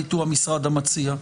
פורמאלית הוא המשרד המציע,